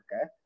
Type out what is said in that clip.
okay